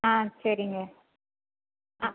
ஆ சரிங்க ஆ